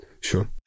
Sure